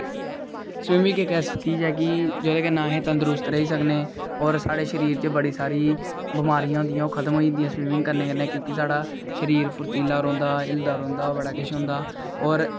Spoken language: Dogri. स्बिमिंग इक ऐसी चीज ऐ कि जेहदे कन्नै असेंगी तंदरुसत रेही सकने हां और साढ़े शरीर च बड़ी सारी बिमारियां होदियां जेहड़ी ओह खत्म होई जंदी स्विमिंग करने कन्नै क्योंकि साड़ा शरीर फुर्तीला होई जंदा हिलदा रौंहदा बड़ा किश होंदा और